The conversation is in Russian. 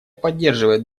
поддерживает